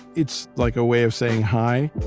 it's like a way of saying hi.